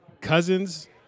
Cousins